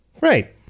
Right